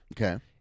Okay